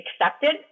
accepted